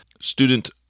student